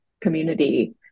community